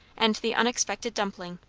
and the unexpected dumpling.